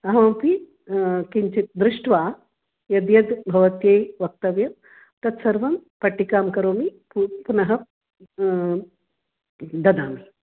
अहमपि किञ्चित् दृष्ट्वा यद्यद् भवत्यै वक्तव्यं तत्सर्वं पट्टिकां करोमि पु पुनः ददामि